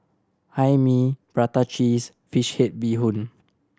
Hae Mee prata cheese fish head bee hoon